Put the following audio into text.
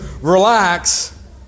relax